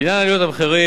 לעניין עליות המחירים,